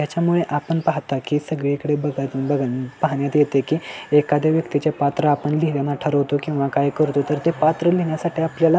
त्याच्यामुळे आपण पाहता की सगळीकडे बघत बघ पाहण्यात येते की एखाद्या व्यक्तीचे पात्र आपण लिहिण्याने ठरवतो किंवा काय करतो तर ते पात्र लिहिण्यासाठी आपल्याला